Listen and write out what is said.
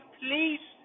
please